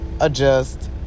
adjust